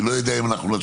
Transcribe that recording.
אני לא יודע אם נצליח